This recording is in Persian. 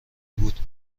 بود